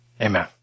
amen